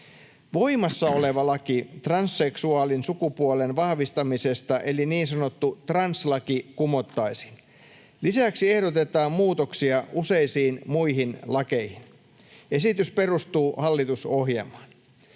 Voimassa oleva laki transseksuaalin sukupuolen vahvistamisesta eli niin sanottu translaki kumottaisiin. Lisäksi ehdotetaan muutoksia useisiin muihin lakeihin. Esitys perustuu hallitusohjelmaan.